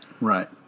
Right